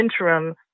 interim